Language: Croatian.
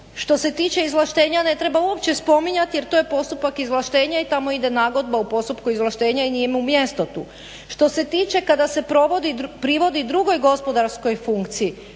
Što se tiče izvlaštenja ne treba uopće spominjati jer to je postupak izvlaštenja i tamo ide nagodba u postupku izvlaštenja i nije mu mjesto tu. Što se tiče kada se privodi drugoj gospodarskoj funkciji